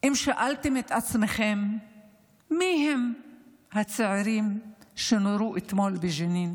אם שאלתם את עצמכם מיהם הצעירים שנורו אתמול בג'נין